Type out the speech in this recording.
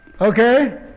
Okay